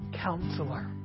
counselor